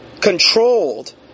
controlled